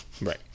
Right